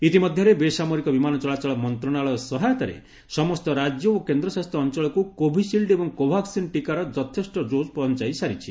ଇତିମଧ୍ଧରେ ବେସାମରିକ ବିମାନ ଚଳାଚଳ ମନ୍ତଶାଳୟ ସହାୟତାରେ ସମସ୍ତ ରାଜ୍ୟ ଓ କେନ୍ଦ୍ରଶାସିତ ଅଞ୍ଚଳକୁ କୋଭିସିଲ୍ଡ୍ ଏବଂ କୋଭାକ୍ସିନ୍ ଟିକାର ଯଥେଷ୍ ଡୋଜ୍ ପହଞାଯାଇ ସାରିଛି